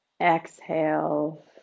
Exhale